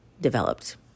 developed